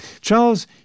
Charles